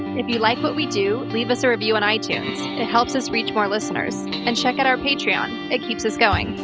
if you like what we do, leave us a review and on itunes. it helps us reach more listeners. and check out our patreon it keeps us going.